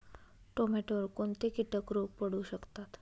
टोमॅटोवर कोणते किटक रोग पडू शकतात?